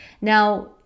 Now